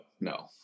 no